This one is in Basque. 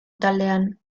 taldean